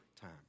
time